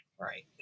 Right